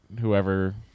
whoever